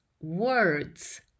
words